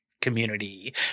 community